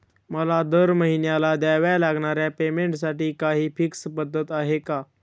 मला दरमहिन्याला द्यावे लागणाऱ्या पेमेंटसाठी काही फिक्स पद्धत आहे का?